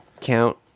count